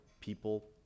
people